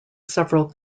several